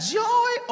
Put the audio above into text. joy